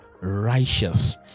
righteous